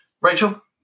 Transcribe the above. Rachel